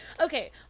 Okay